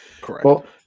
correct